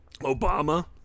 Obama